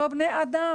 הם לא בני אדם?